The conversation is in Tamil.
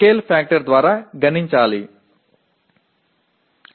அளவுகோல் காரணி என்றால் என்ன